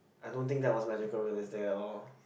I don't think that was magical realistic at all